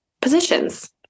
positions